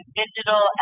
digital